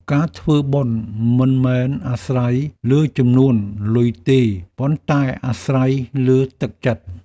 ការធ្វើបុណ្យមិនមែនអាស្រ័យលើចំនួនលុយទេ ប៉ុន្តែអាស្រ័យលើទឹកចិត្ត។